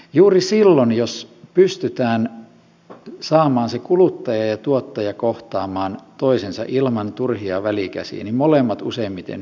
juuri silloin jos pystytään saamaan kuluttaja ja tuottaja kohtaamaan toisensa ilman turhia välikäsiä molemmat useimmiten hyötyvät